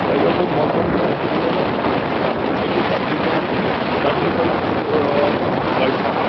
ایجاز صٲب مَکان چھُ اَسہِ أسۍ چھِ تقریٖبن ژتجی بَے دۄیہِ تٕرٛہ